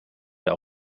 der